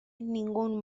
ningún